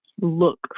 look